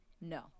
No